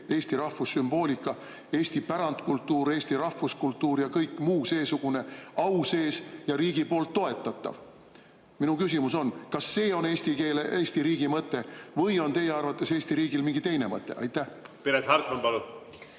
eesti rahvussümboolika, eesti pärandkultuur, eesti rahvuskultuur ja kõik muu seesugune au sees ja riigi poolt toetatav? Minu küsimus on: kas see on eesti keele, Eesti riigi mõte või on teie arvates Eesti riigil mingi teine mõte? Aitäh! Vabandust,